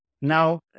Now